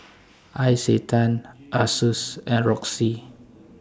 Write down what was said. Isetan Asus and Roxy